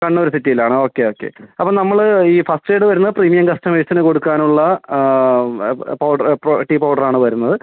കണ്ണൂർ സിറ്റിയിലാണൊ okay okay അപ്പോൾ നമ്മൾ ഈ ഫസ്റ്റ് ഗ്രേഡ് വരുന്നത് പ്രീമിയം കസ്റ്റമേർസിന് കൊടുക്കാനുള്ള ആ പൗഡർ പൗ ടീ പൗഡറാണ് വരുന്നത്